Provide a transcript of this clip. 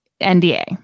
NDA